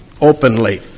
openly